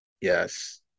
Yes